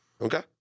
Okay